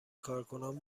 کارکنان